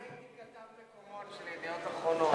אני הייתי כתב מקומון של "ידיעות אחרונות".